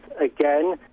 again